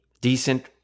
decent